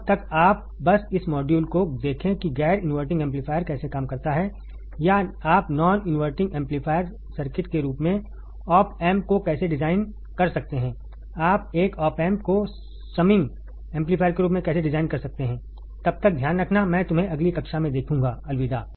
तब तक आप बस इस मॉड्यूल को देखें कि गैर इनवर्टिंग एम्पलीफायर कैसे काम करता है या आप नॉन इनवर्टिंग एम्पलीफायर सर्किट के रूप में ओपैंप को कैसे डिजाइन कर सकते हैं आप एक आप एम्प को संमिंग एम्पलीफायर के रूप में कैसे डिजाइन कर सकते हैं तब तक ध्यान रखना मैं तुम्हें अगली कक्षा में देखूंगा अलविदा